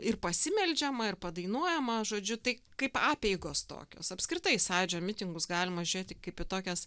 ir pasimeldžiama ir padainuojama žodžiu tai kaip apeigos tokios apskritai sąjūdžio mitingus galima žėti kaip į tokias